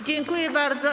Dziękuję bardzo.